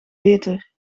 beter